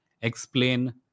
explain